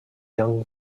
young